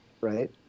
right